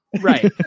right